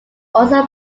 also